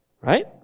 right